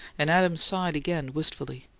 and adams sighed again, wistfully.